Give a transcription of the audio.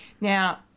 Now